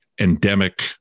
endemic